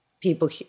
people